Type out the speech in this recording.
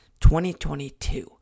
2022